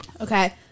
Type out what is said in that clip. Okay